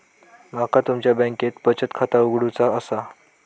माका तुमच्या बँकेत बचत खाता उघडूचा असा?